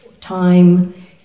time